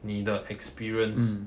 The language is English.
你的 experience